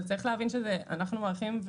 אבל צריך להבין שאנחנו מעריכים,